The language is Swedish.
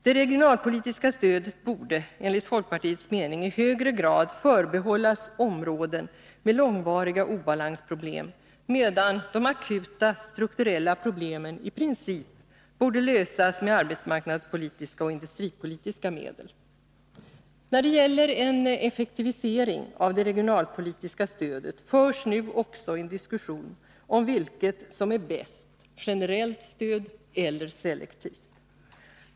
Det regionalpolitiska stödet borde enligt folkpartiets mening i högre grad förbehållas områden med långvariga obalansproblem, medan akuta strukturella problem i princip borde lösas med arbetsmarknadspolitiska och industripolitiska medel. När det gäller en effektivisering av det regionalpolitiska stödet förs nu också en diskussion om vilket som är bäst, generellt eller selektivt stöd.